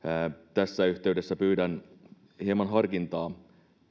tässä yhteydessä pyydän hieman harkintaa